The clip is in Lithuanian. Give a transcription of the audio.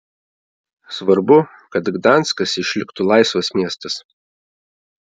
svarbu kad gdanskas išliktų laisvas miestas